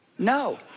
No